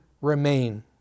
remain